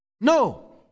No